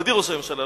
מכובדי ראש הממשלה,